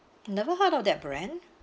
never heard of that brand